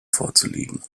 vorzulegen